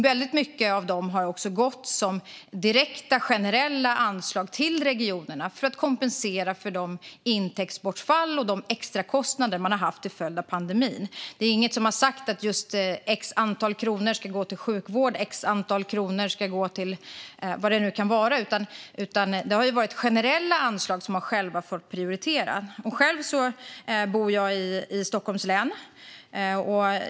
Väldigt mycket av de pengarna har gått som direkta generella anslag till regionerna för att kompensera för de intäktsbortfall och de extrakostnader som de har haft till följd av pandemin. Det är ingen som har sagt att ett visst antal kronor ska gå till sjukvård och att ett visst antal kronor ska gå till vad det nu kan vara. Det har varit generella anslag, och de har själva fått prioritera. Jag bor i Stockholms län.